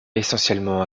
essentiellement